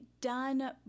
done